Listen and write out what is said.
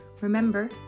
Remember